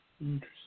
Interesting